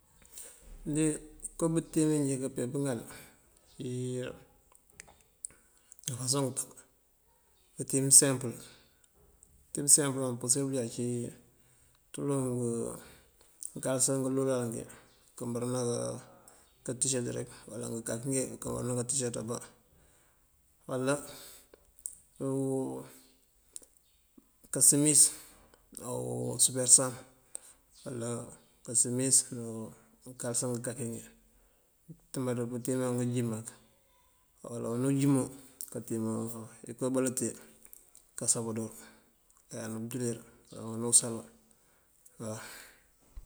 Injí iko bëëntíim iyínjee káapeepëŋal dëëfasoŋ ngëëntëb, bëëntíim sempël. Bëëntíim sempël apusir pëënjá acíi ţul ngëënkálësa ngëëlulal ngí këbërëna kantiicërët rek. uwala ngëëkáki ngí këbërëna kantiicërët aaba. Uwálá káasëmis káasëmis na usuperësaŋ. Uwála káasëmis, o ngëënkalsá ngëënkáakí ngi. Undëëmbaţ pëëntíim ngëënjín mak. Uwála unú njúmu kaatíimaŋ iko ilëteyi; káasábadoor kayand bëënjúulir o unú sáalú waw.